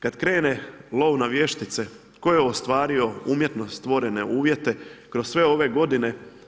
Kad krene lov na vještice tko je ostvario umjetno stvorene uvjete kroz sve ove godine?